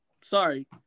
sorry